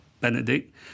Benedict